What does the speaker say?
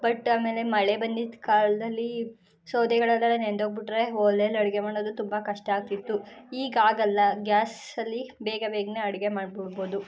but ಆಮೇಲೆ ಮಳೆ ಬಂದಿದ್ದ ಕಾಲದಲ್ಲಿ ಸೌದೆಗಳೆಲ್ಲ ನೆಂದೋಗ್ಬಿಟ್ರೆ ಒಲೇಲಿ ಅಡುಗೆ ಮಾಡೋದು ತುಂಬ ಕಷ್ಟ ಆಗ್ತಿತ್ತು ಈಗ ಆಗಲ್ಲ ಗ್ಯಾಸಲ್ಲಿ ಬೇಗ ಬೇಗನೆ ಅಡುಗೆ ಮಾಡ್ಬಿಡ್ಬೋದು